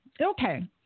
Okay